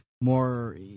More